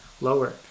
lower